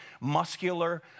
muscular